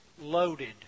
loaded